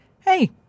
hey